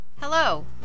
Hello